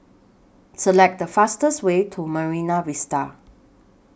Select The fastest Way to Marine Vista